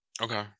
Okay